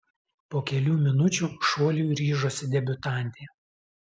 po kelių minučių šuoliui ryžosi debiutantė